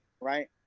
right